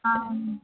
हां